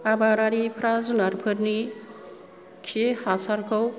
आबादारिफ्रा जुनारफोरनि खि हासारखौ